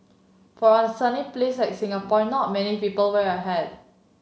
for a sunny please like Singapore not many people wear a hat